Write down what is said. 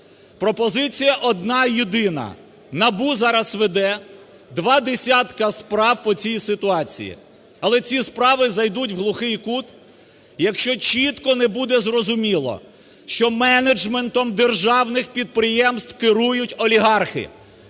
Пропозиція одна єдина. НАБУ зараз веде два десятка справ по цій ситуації, але ці справи зайдуть в глухий кут, якщо чітко не буде зрозуміло, що менеджментом державних підприємств керують олігархи,